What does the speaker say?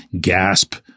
gasp